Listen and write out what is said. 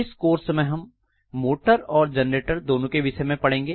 इस कोर्स में हम मोटर और जनरेटर दोनों के विषय में पढ़ेंगे